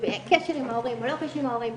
קשר עם ההורים או לא קשר עם ההורים.